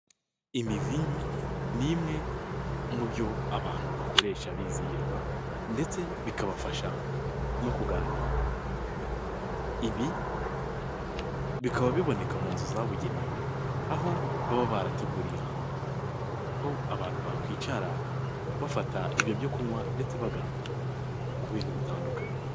Imivinyu n'imwe mu byo abantu bakoresha bizihirwa ndetse bikabafasha no kuganira, ibi bikaba biboneka mu nzu zabugenewe, aho baba barateguriye ahantu ho abantu bakwicara bafata ibyo byo kunywa ndetse baganira ku bintu bitandukanye.